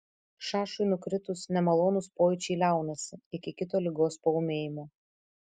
šašui nukritus nemalonūs pojūčiai liaunasi iki kito ligos paūmėjimo